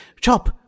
Chop